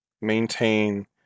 Maintain